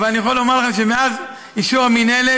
אבל אני יכול לומר לך שמאז אישור המינהלת,